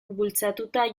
bultzatuta